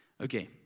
Okay